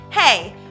Hey